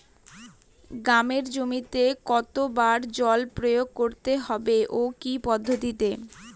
গমের জমিতে কতো বার জল প্রয়োগ করতে হবে ও কি পদ্ধতিতে?